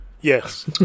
Yes